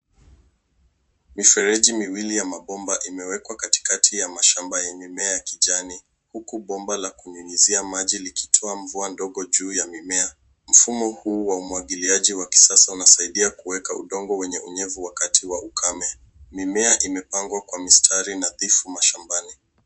Mifereji miwili ya mabomba imewekwa katikati ya mashamba ya mimea ya kijani huku bomba la kunyunyizia maji likitoa mvua ndogo juu ya mimea. Mfumo huu wa umwagiliaji wa kisasa unasaidia kuweka udongo unyevu wakati wa ukame. Mimea imepangwa kwa mistari nadhifu shambani.